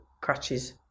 crutches